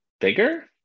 bigger